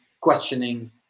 questioning